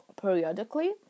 periodically